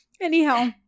Anyhow